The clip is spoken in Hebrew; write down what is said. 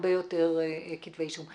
להרבה יותר כתבי אישום.